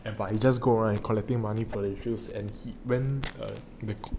and but he just go around collecting money from the shoes and when the